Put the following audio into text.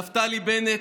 נפתלי בנט,